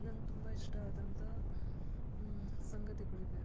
ನನಗ್ ತುಂಬ ಇಷ್ಟ ಆದಂಥ ಸಂಗತಿಗಳು ಇವೆ